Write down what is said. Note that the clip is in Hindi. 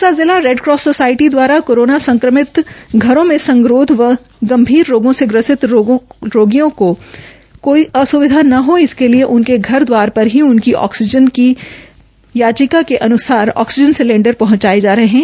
सिरसा जिला रेडक्रॉस सोसायटी दवारा कोरोना संक्रमित घरो में संगरोध व गंभीर रोगों से ग्रस्त रोगियों को कोई असुविधा न हो इसके लिए उनके घर द्वार पर ही उनकी ऑनलाइन रिक्वेस्ट के अन्सार ऑक्सीजन सिलेंडर पहंचाए जा रहे हैं